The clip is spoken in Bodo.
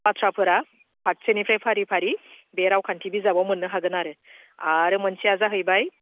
बाथ्राफोरा फारसेनिफ्राय फारि फारि बे रावखान्थि बिजाबाव मोननो हागोन आरो आरो मोनसेया जाहैबाय